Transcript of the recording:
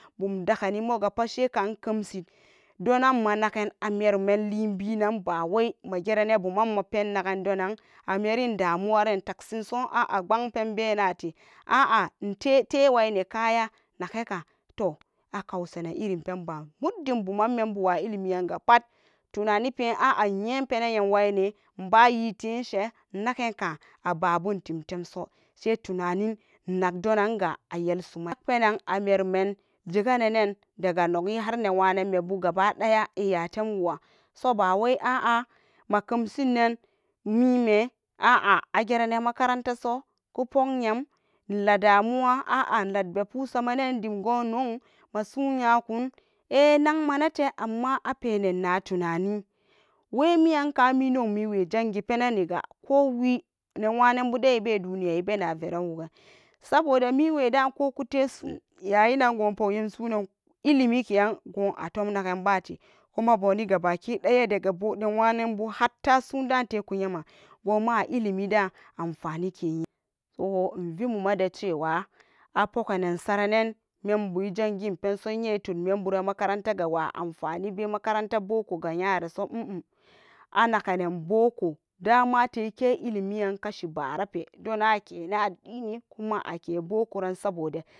Bum daganni mogapat sheka inkemshi donan manaken amerumen libi bawai megerani buman mapen naganan amerin damuwaren taksinso en a'ah nbang pen benate a'a inte waine kaya nakeka, toh ikausanen irin penba mudin buman mem bewa ilimiyanga pat tunanipe a'a iyepe ne yem wane inbayiteshe inakenka ababuntem temso she tunanin inagdoninga ayalsuman penan ameruman jeganen daga nogihar newanen mebu gabadaya iyatemwowan soba wai a'a makemsin nen mime a'a agerene makarantaso kupog nyam iladmuwa a'a iladbepu samenan dingo nyaw masu nyakun eh nagmenate, amma apenan natunani we miyanka mi nyaumiwe jangi peneniga kowi newanenbuden abe duniya ibena veren wugen saboda miweda ko kute su yayiran gopog yyamsunan ilimikeyan goatom naken bate kuma boni gabakin daya daga boni newanenbu hatta suda teku yeman goma a ilimida anfanika yenan, so ividmuma dacewa apogenen sarenen membu ijangin pensa inye hud membu emakarantaga wa anfanibe makaranta bokogo nyareso anakenen boko damate ilimiyan kashi barape addini kuma ake bokoran sabode.